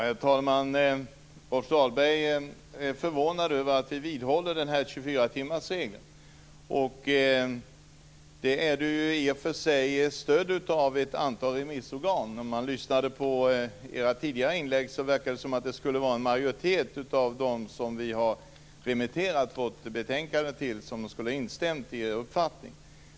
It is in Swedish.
Herr talman! Rolf Dahlberg är förvånad över att vi vidhåller 24-timmarsregeln. I och för sig finns det ett stöd från ett antal remissorgan. Av era tidigare inlägg att döma verkade det vara så att en majoritet av dem som vi har remitterat vårt betänkande till har instämt i er uppfattning.